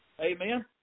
Amen